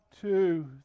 two